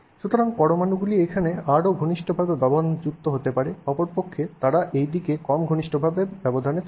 সুতরাং পরমাণুগুলি এখানে আরও ঘনিষ্ঠভাবে ব্যবধানযুক্ত হতে পারে অপরপক্ষে তারা এইদিকে কম ঘনিষ্ঠভাবে ব্যবধানে থাকে